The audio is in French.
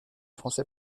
français